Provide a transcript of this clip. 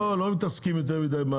לא מתעסקים יותר מדי,